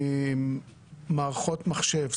מערכות מחשב,